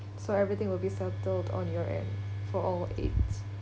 so everything will be settled on your end for all needs